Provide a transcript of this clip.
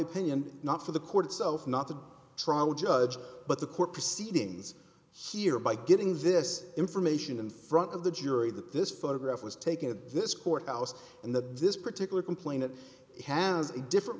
opinion not for the court itself not the trial judge but the court proceedings here by giving this information in front of the jury that this photograph was taken at this courthouse and that this particular complaint it has a different